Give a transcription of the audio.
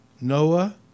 Noah